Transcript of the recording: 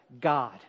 God